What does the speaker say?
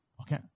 Okay